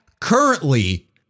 currently